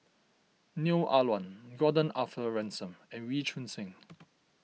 Neo Ah Luan Gordon Arthur Ransome and Wee Choon Seng